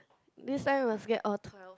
this time must get all twelve